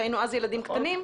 שהיינו אז ילדים קטנים,